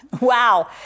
Wow